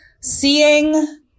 seeing